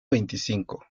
veinticinco